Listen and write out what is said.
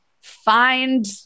find